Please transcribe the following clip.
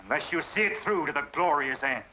let you see it through the door you're saying